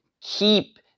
keep